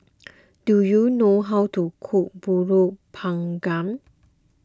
do you know how to cook Pulut Panggang